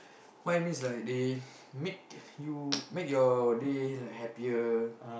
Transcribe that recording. why means like they make you make your day like happier